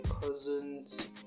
cousins